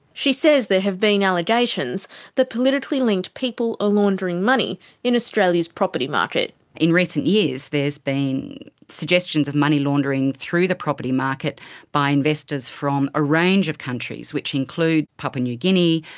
she says there have been allegations that politically-linked people are ah laundering money in australia's property market. in recent years there's been suggestions of money laundering through the property market by investors from a range of countries, which include papua new guinea,